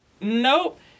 Nope